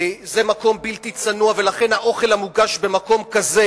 מקום בלתי צנוע ולכן האוכל המוגש במקום כזה,